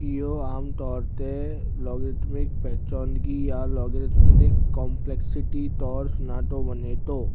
इहो आम तौर ते लॉगरिदमिक पेचोंदगी या लॉगरिथमिक कॉम्प्लेक्सिटी तौर सञातो वञे थो